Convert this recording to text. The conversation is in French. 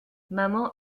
maman